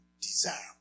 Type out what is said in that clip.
desirable